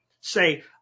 say